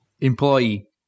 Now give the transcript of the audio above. Employee